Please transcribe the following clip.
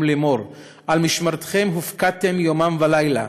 לאמור: על משמרתכם הופקדתם יומם ולילה,